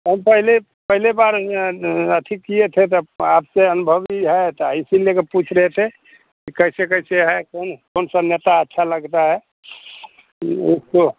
हम पहले पहले बार में अथी किए थे तब आपसे अनुभवी है त इसी लेकर पूछ रहे थे कि कैसे कैसे है कौन कौन सब नेता अच्छा लगता है ऊ उसको